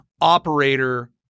operator